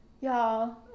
y'all